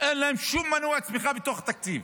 אין להם שום מנוע צמיחה בתוך תקציב.